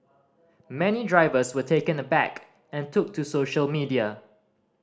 many drivers were taken aback and took to social media